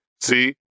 See